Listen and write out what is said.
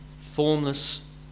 formless